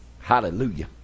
Hallelujah